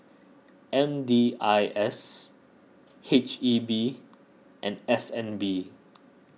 M D I S H E B and S N B